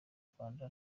rwanda